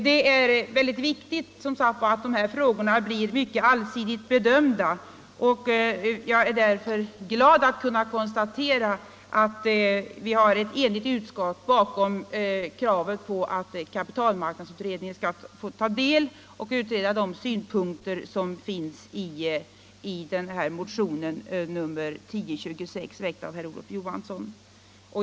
Det är, som sagt, mycket viktigt att de här frågorna blir allsidigt bedömda, och jag är därför glad att kunna konstatera att vi har ett enigt utskott bakom kravet på att kapitalmarknadsutredningen skall få ta del av och utreda de synpunkter som framförts i motionen 1026 av herr Olof Johansson.